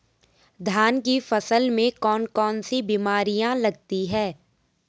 धान की फसल में कौन कौन सी बीमारियां लगती हैं?